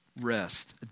rest